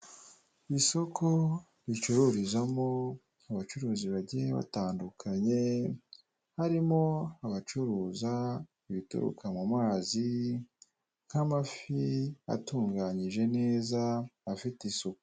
Isoko ricururizamo abacuruzi bagiye batandukanye harimo abacuruza ibituruka mu mazi nk'amafi atunganyije neza afite isuku.